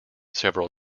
several